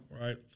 right